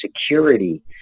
security